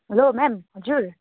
हलो ma'am हजुर